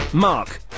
Mark